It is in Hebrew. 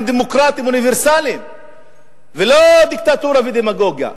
דמוקרטיים אוניברסליים ולא דיקטטורה ודמגוגיה.